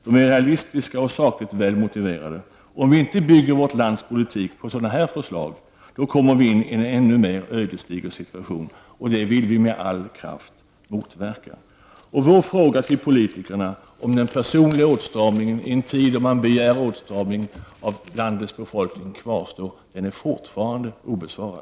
De är realistiska och sakligt välmotiverade. Om vi inte bygger vårt lands politik på sådana här förslag kommer vi in i en ännu mer ödesdiger situation, och det vill vi med all kraft motverka. Vår fråga till politikerna om den personliga åtstramningen, i en tid då man begär åtstramning av landets befolkning, kvarstår — den är fortfarande obesvarad.